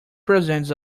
presidents